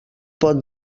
pot